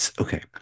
Okay